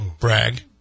brag